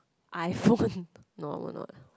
iPhone no I will not